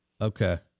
Okay